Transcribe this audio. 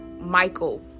Michael